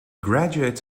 graduates